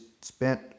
spent